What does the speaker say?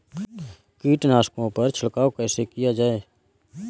कीटनाशकों पर छिड़काव कैसे किया जाए?